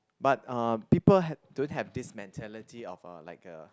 but uh people had don't have this mentality of a like a